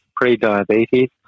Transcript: pre-diabetes